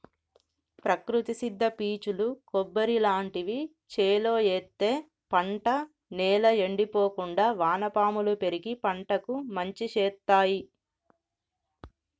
ప్రకృతి సిద్ద పీచులు కొబ్బరి లాంటివి చేలో ఎత్తే పంట నేల ఎండిపోకుండా వానపాములు పెరిగి పంటకు మంచి శేత్తాయ్